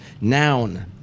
noun